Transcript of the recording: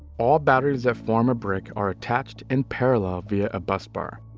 all batteries that form a brick, are attached in parallel via a bus bar.